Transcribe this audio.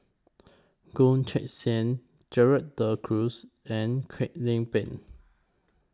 Goh Teck Sian Gerald De Cruz and Kwek Leng Beng